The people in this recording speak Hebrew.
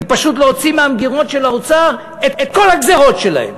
היא פשוט להוציא מהמגירות של האוצר את כל הגזירות שלהם.